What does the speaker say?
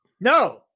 no